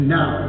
now